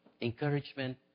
encouragement